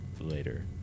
later